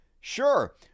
Sure